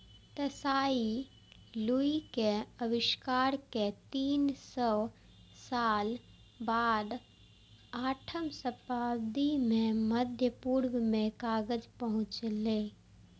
Tsai लुन के आविष्कार के तीन सय साल बाद आठम शताब्दी मे मध्य पूर्व मे कागज पहुंचलै